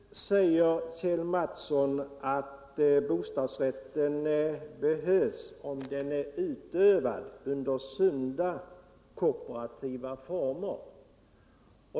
Bostadsrätten behövs, säger Kjell Mattsson, om den är utövad under sunda Kooperativa former.